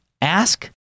Ask